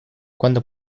cuando